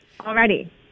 already